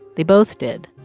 they both did.